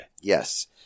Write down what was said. Yes